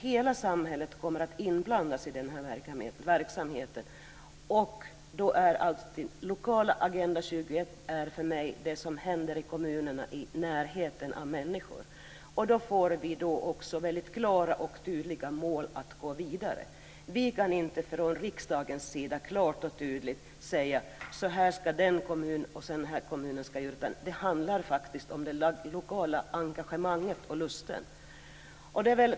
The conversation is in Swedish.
Hela samhället kommer att inblandas i verksamheten. Det lokala Agenda 21 är för mig det som händer i kommunerna nära människorna. Då får vi också klara och tydliga mål att gå vidare efter. Vi kan inte från riksdagen klart och tydligt säga hur den ena eller andra kommunen ska göra, utan det handlar om det lokala engagemanget och lusten.